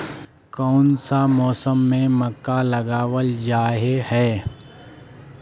कोन सा मौसम में मक्का लगावल जाय है?